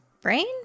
brain